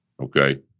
Okay